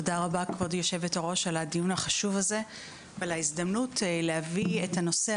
על הדיון החשוב הזה ועל ההזדמנות להביא את הנושא